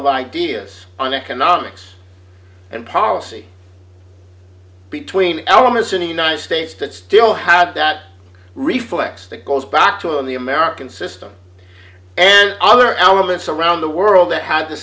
of ideas on economics and policy between elements in the united states that still have that reflex that goes back to in the american system and other elements around the world that had the